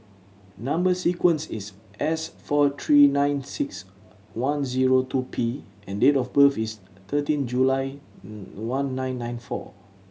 number sequence is S four three nine six one zero two P and date of birth is thirteen July one nine nine four